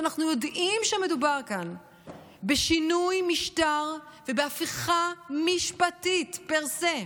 שאנחנו יודעים שמדובר כאן בשינוי משטר ובהפיכה משפטית פר סה,